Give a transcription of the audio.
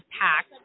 packed